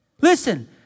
Listen